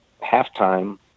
halftime